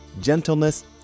gentleness